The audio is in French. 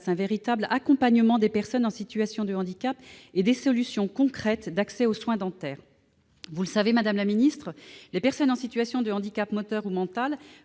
un véritable accompagnement des personnes en situation de handicap et des solutions concrètes d'accès aux soins dentaires. Vous le savez, les personnes en situation de handicap moteur ou mental